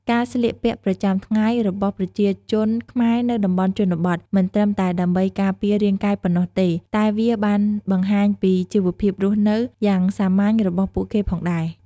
ការស្លៀកពាក់ប្រចាំថ្ងៃរបស់ប្រជាជនខ្មែរនៅតំបន់ជនបទមិនត្រឹមតែដើម្បីការពាររាងកាយប៉ុណ្ណោះទេ តែវាបានបង្ហាញពីជីវភាពរស់នៅយ៉ាងសាមញ្ញរបស់ពួកគេផងដែរ។